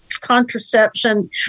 contraception